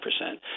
percent